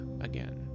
again